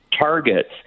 targets